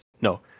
No